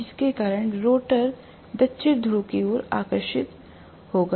जिसके कारण रोटर दक्षिण ध्रुव की ओर आकर्षित होगा